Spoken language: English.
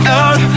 out